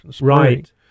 Right